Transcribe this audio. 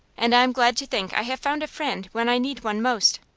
and i am glad to think i have found a friend when i need one most.